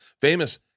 famous